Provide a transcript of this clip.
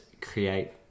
create